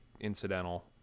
incidental